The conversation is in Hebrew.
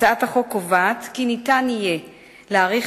הצעת החוק קובעת כי ניתן יהיה להאריך